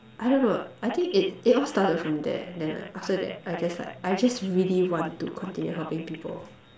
I don't know I think it's it all started from there then like after that I just like I just really want to continue helping people